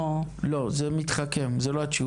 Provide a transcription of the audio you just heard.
לא, זה מתחכם, זו לא התשובה.